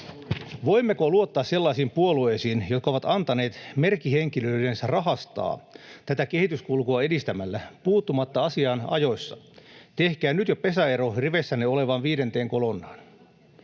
Voimmeko luottaa sellaisiin puolueisiin, jotka ovat antaneet merkkihenkilöidensä rahastaa tätä kehityskulkua edistämällä puuttumatta asiaan ajoissa? Tehkää nyt jo pesäero riveissänne olevaan viidenteen kolonnaan.